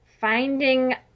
finding